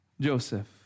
Joseph